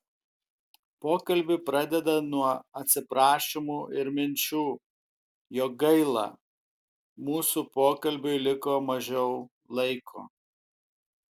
pokalbį pradeda nuo atsiprašymų ir minčių jog gaila mūsų pokalbiui liko mažiau laiko